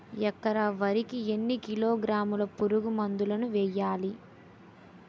ఎకర వరి కి ఎన్ని కిలోగ్రాముల పురుగు మందులను వేయాలి?